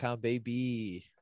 baby